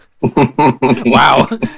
Wow